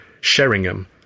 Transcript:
Sheringham